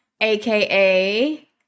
aka